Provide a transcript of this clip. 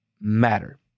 matter